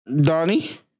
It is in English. Donnie